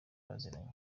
baziranye